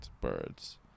birds